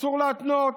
אסור להתנות.